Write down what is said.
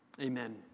amen